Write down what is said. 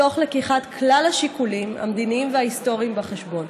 מתוך לקיחת כלל השיקולים המדיניים וההיסטוריים בחשבון.